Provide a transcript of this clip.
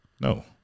No